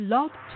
Love